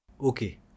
Okay